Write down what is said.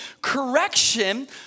correction